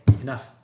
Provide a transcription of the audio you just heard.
enough